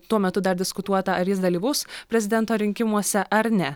tuo metu dar diskutuota ar jis dalyvaus prezidento rinkimuose ar ne